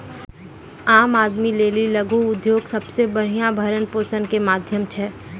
आम आदमी के लेली लघु उद्योग सबसे बढ़िया भरण पोषण के माध्यम छै